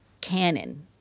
canon